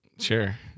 Sure